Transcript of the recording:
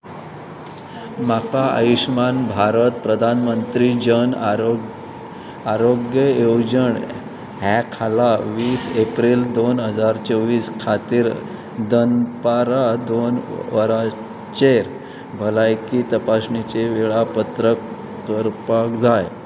म्हाका आयुश्मान भारत प्रधानमंत्री जन आरोग आरोग्य येवजण ह्या खाला वीस एप्रील दोन हजार चोवीस खातीर दनपारा दोन वरचेर भलायकी तपासणीचे वेळापत्र दवरपाक जाय